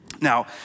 Now